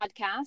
podcast